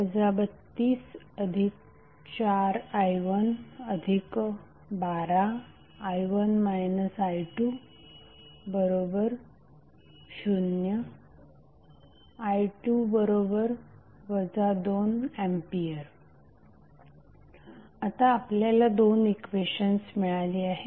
324i112i1 i20 i2 2A आता आपल्याला दोन इक्वेशन्स मिळाली आहेत